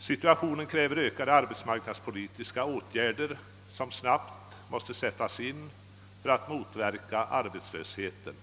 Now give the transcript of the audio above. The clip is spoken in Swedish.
Situationen kräver ökade = arbetsmarknadspolitiska åtgärder, som snabbt måste sättas in för att motverka arbetslösheten.